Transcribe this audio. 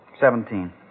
Seventeen